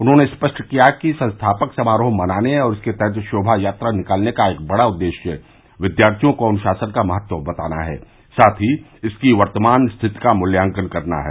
उन्होंने स्पष्ट किया कि संस्थापक समारोह मनाने और इसके तहत शोमा यात्रा निकालने का एक बड़ा उद्देश्य विद्यार्थियों को अन्शासन का महत्व बताना है साथ ही इसकी वर्तमान स्थिति का मुल्यांकन करना है